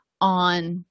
on